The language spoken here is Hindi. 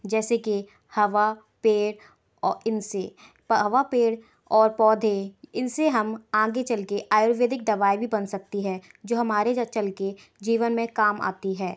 जैसे कि हवा पेड़ और इनसे हवा पेड़ और पौधे इनसे हम आगे चल कर आयुर्वेदिक दवाई भी बन सकती है जो हमारे अंचल के जीवन में काम आती है